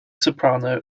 soprano